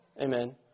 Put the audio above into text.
amen